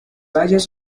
tallos